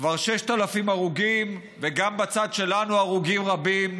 כבר 6,000 הרוגים, וגם בצד שלנו הרוגים רבים.